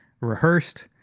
rehearsed